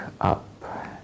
up